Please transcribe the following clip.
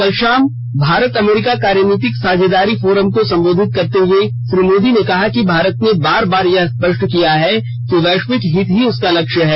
कल शाम भारत अमरीका कार्यनीतिक साझेदारी फोरम को संबोधित करते हुए श्री मोदी ने कहा कि भारत ने बार बार यह स्पष्ट किया है कि वैश्विक हित ही उसका लक्ष्य है